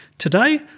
Today